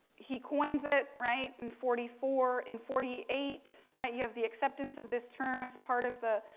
he coins it, right, in forty four, in forty eight, right, you have the acceptance of this term as part of the